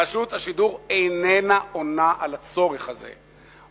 רשות השידור איננה עונה על הצורך הזה,